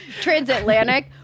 transatlantic